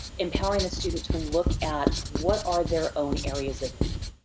empowering the student to look at what are their own areas of need.